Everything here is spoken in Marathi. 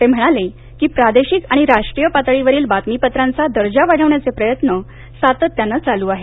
ते म्हणालेप्रादेशिक आणि राष्ट्रीय पातळीवरील बातमीपत्रांचा दर्जा वाढवण्याचे प्रयत्न सातत्यानं चालू आहेत